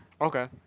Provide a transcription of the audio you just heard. Okay